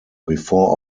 before